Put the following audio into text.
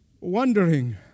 wondering